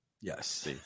Yes